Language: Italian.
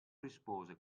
rispose